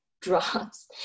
drops